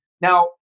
now